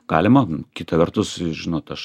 galima kita vertus žinot aš